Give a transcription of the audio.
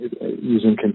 using